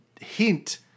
hint